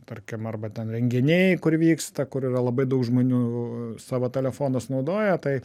tarkim arba ten renginiai kur vyksta kur yra labai daug žmonių savo telefonus naudoja tai